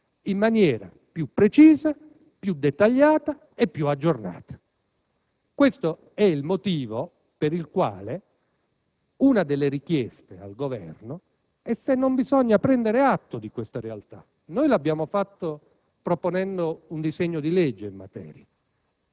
in maniera più precisa, più dettagliata e più aggiornata. Questo è il motivo per il quale una delle richieste avanzate al Governo è quella di prendere atto di una realtà - e noi l'abbiamo fatto proponendo un disegno di legge in materia